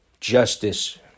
Justice